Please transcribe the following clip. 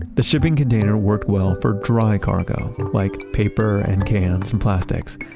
the shipping container worked well for dry cargo like paper and cans and plastics.